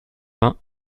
vingt